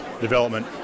development